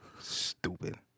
Stupid